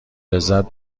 لذت